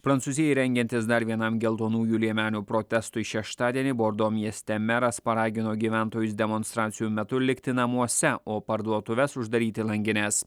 prancūzijai rengiantis dar vienam geltonųjų liemenių protestui šeštadienį bordo mieste meras paragino gyventojus demonstracijų metu likti namuose o parduotuves uždaryti langines